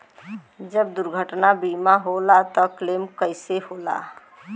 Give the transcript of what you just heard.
जब दुर्घटना बीमा होला त क्लेम कईसे होला?